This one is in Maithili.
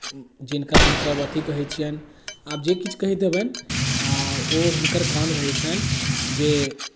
जिनका हमसभ अथि कहै छियनि आब जे किछु कहैत हेबनि आ ओ हुनकर काम रहै छनि जे